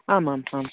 आम् आम् आम्